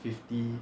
fifty